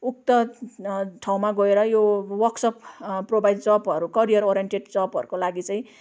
उक्त ठाउँमा गएर यो वर्कसप प्रोभाइड जबहरू करियर ओरिएन्टेड जबहरूको लागि चाहिँ